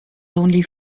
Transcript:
only